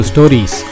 Stories